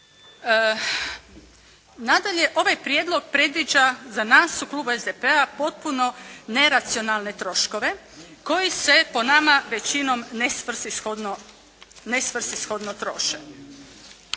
Nadalje. Ovaj prijedlog predviđa za nas u klubu SDP-a potpuno neracionalne troškove koji se po nama većinom ne svrsi shodno troše.